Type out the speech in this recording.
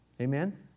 Amen